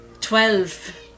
twelve